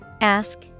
Ask